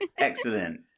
Excellent